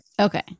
Okay